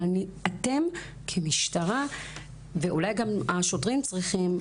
אבל אתם כמשטרה ואולי גם השוטרים צריכים,